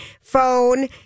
phone